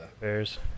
Bears